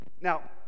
Now